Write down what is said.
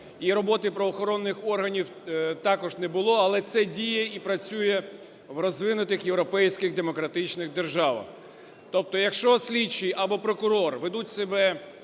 і роботи правоохоронних органів також не було, але це діє і працює в розвинутих європейських демократичних державах. Тобто якщо слідчий або прокурор ведуть себе